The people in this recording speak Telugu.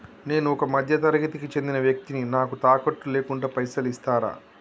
నేను ఒక మధ్య తరగతి కి చెందిన వ్యక్తిని నాకు తాకట్టు లేకుండా పైసలు ఇస్తరా?